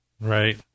Right